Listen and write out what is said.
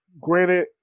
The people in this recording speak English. granted